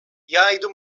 jgħidu